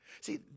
See